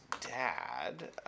dad